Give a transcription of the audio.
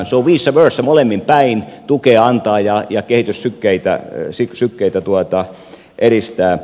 se on vice versa molemmin päin tukea antaa ja kehityssykkeitä yksi kysyy keitä tuottaa ja edistää